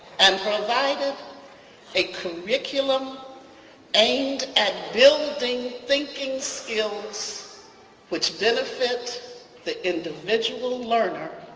and provided a curriculum aimed at building thinking skills which benefit the individual learner,